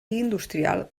industrial